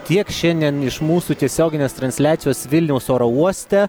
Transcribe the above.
tiek šiandien iš mūsų tiesioginės transliacijos vilniaus oro uoste